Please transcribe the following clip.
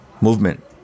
movement